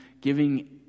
giving